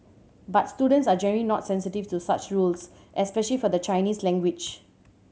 but students are generally not sensitive to such rules especially for the Chinese language